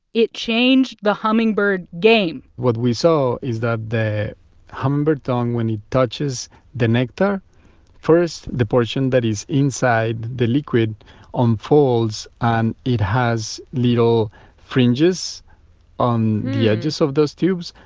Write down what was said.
it changed the hummingbird game what we saw is that the hummingbird tongue, when it touches the nectar first, the portion that is inside the liquid unfolds and it has little fringes on the edges of those tubes.